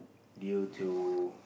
due to